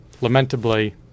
Lamentably